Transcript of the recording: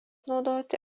naudoti